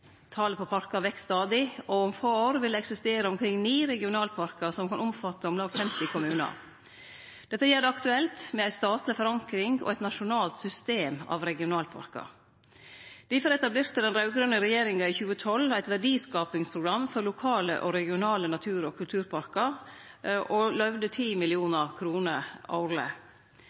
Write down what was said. Talet på parkar veks stadig, og om få år vil det eksistere omkring 9 regionalparkar som kan omfatte om lag 30 kommunar. Dette gjer det aktuelt med ei statleg forankring og eit nasjonalt system av regionalparkar. Difor etablerte den raud-grøne regjeringa i 2012 eit verdiskapingsprogram for lokale og regionale natur- og kulturparkar og løyvde 10 mill. kr årleg.